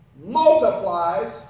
multiplies